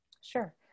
Sure